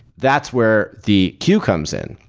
that's where the queue comes in.